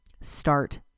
start